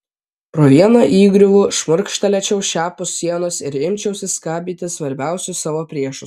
pro vieną įgriuvų šmurkštelėčiau šiapus sienos ir imčiausi skabyti svarbiausius savo priešus